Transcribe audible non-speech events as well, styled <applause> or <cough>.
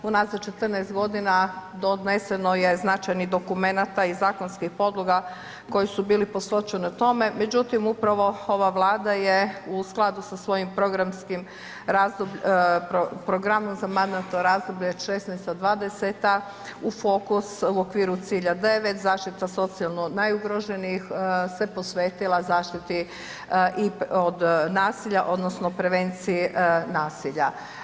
Unazad 14 g. doneseno je značajnih dokumenata i zakonskih podloga, koji su bili … <unintelligible> tome, međutim, upravo ova vlada je u skladu sa svojim programskim, programom za mandatno razdoblje '16.-'20. u fokus u okviru cilja9 zaštita socijalno najugroženijih, se posvetila zaštiti i od nasilja, odnosno, prevenciji nasilja.